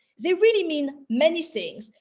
they really mean many things,